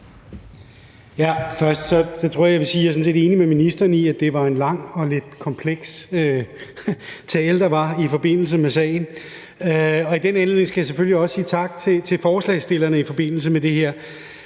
set er enig med ministeren i, at det var en lang og lidt kompleks tale, der var, i forbindelse med sagen. Og i den anledning skal jeg selvfølgelig også sige tak til forslagsstillerne for det her.